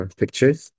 pictures